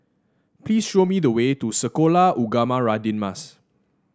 please show me the way to Sekolah Ugama Radin Mas